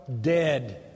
dead